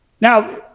Now